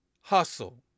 Hustle